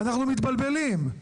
אנחנו מתבלבלים.